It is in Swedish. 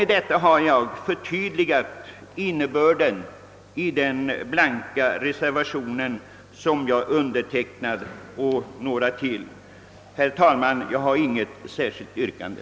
Med detta har jag velat förtydliga innebörden av den blanka reservation som jag och ytterligare några ledamöter har undertecknat. Herr talman! Jag har inget särskilt yrkande.